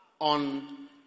on